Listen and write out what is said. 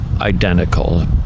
identical